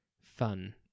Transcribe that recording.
fun